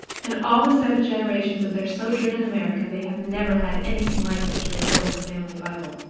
in all the seven generations of their sojourn in america they have never had anything like this to record in the family bible.